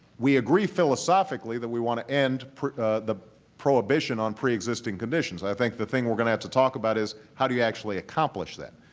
we agree philosophically that we want to end the prohibition on preexisting conditions. i think the thing we're going to have to talk about is, how do you actually accomplish that?